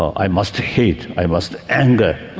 i must hate, i must anger,